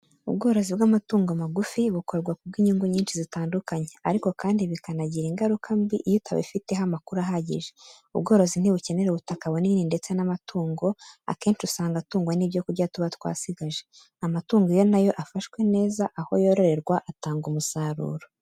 Ubworozi bw’amatungo magufi bukorwa ku bw’inyungu nyinshi zitandukanye, ariko kandi bikanagira ingaruka mbi iyo utabifiteho amakuru ahagije, ubworozi ntibukenera ubutaka bunini ndetse n’amatungo akenshi usanga atungwa n'ibyo kurya tuba twasigaje. Amatungo iyo na yo afashwe neza aho yororerwa atanga umusaruro.